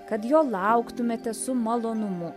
kad jo lauktumėte su malonumu